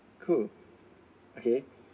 cool okay